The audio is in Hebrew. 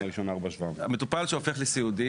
מטופל שהופך לסיעודי,